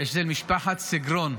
אצל משפחת סגרון.